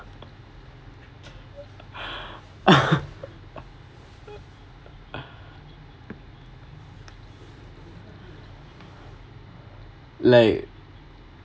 like